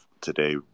today